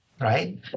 right